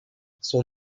son